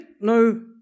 no